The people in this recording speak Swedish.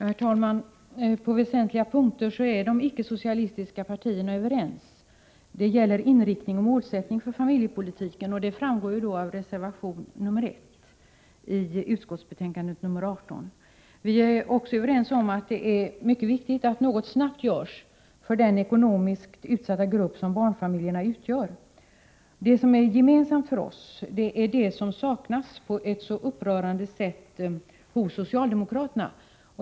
Herr talman! På väsentliga punkter är de icke-socialistiska partierna överens. Det gäller beträffande inriktningen av och målsättningen för familjepolitiken, och det framgår av reservation nr 1 vid utskottets betänkande nr 18. Vi är också överens om att det är mycket viktigt att något snabbt görs för den ekonomiskt utsatta grupp som barnfamiljerna är. Det som är gemensamt för oss är det som på ett så upprörande sätt saknas hos socialdemokraterna.